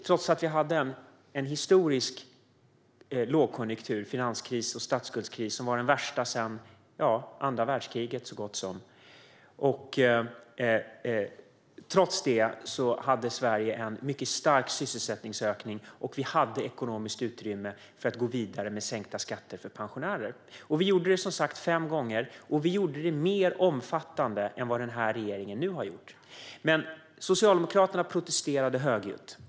Trots att vi hade en historisk lågkonjunktur, finanskris och statsskuldskris - den värsta sedan andra världskriget, så gott som - hade Sverige en mycket stark sysselsättningsökning och ekonomiskt utrymme för att gå vidare med sänkta skatter för pensionärer. Vi gjorde det som sagt fem gånger, och vi gjorde det mer omfattande än vad den här regeringen nu har gjort. Socialdemokraterna protesterade högljutt.